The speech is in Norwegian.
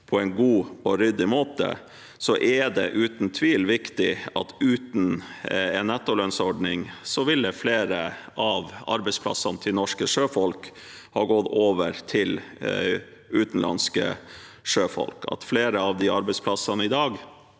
på en god og ryddig måte, er det uten tvil viktig at uten en nettolønnsordning ville flere av arbeidsplassene til norske sjøfolk ha gått over til utenlandske sjøfolk. Flere av de arbeidsplassene i dag